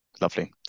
Lovely